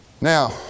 Now